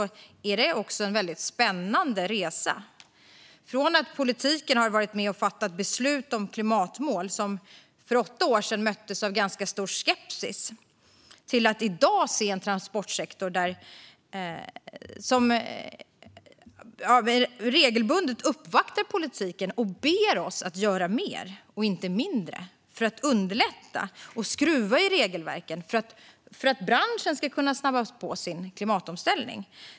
Det har varit en väldigt spännande resa från att politiken har varit med och fattat beslut om klimatmål som för åtta år sedan möttes av ganska stor skepsis till att i dag se en transportsektor som regelbundet uppvaktar politiken och ber oss att göra mer - och inte mindre - för att underlätta och att skruva i regelverken för att branschen ska kunna snabba på sin klimatomställning.